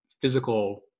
physical